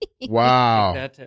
Wow